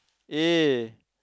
eh